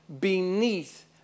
beneath